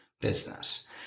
business